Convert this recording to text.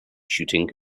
shooting